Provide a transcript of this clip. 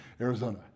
arizona